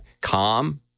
calm